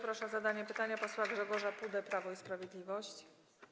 Proszę o zadanie pytania posła Grzegorza Pudę, Prawo i Sprawiedliwość.